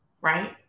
right